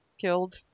killed